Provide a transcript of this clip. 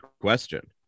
question